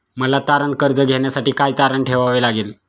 मला तारण कर्ज घेण्यासाठी काय तारण ठेवावे लागेल?